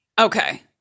Okay